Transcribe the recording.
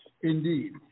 Indeed